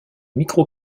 micro